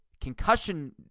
concussion